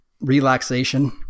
relaxation